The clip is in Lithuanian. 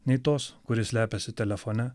nei tos kuri slepiasi telefone